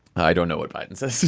i don't know what biden said.